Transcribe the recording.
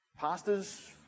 Pastors